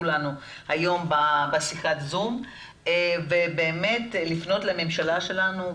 לנו היום בשיחת הזום ובאמת לפנות לממשלה שלנו,